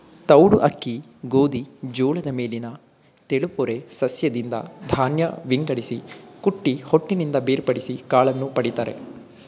ತೌಡು ಅಕ್ಕಿ ಗೋಧಿ ಜೋಳದ ಮೇಲಿನ ತೆಳುಪೊರೆ ಸಸ್ಯದಿಂದ ಧಾನ್ಯ ವಿಂಗಡಿಸಿ ಕುಟ್ಟಿ ಹೊಟ್ಟಿನಿಂದ ಬೇರ್ಪಡಿಸಿ ಕಾಳನ್ನು ಪಡಿತರೆ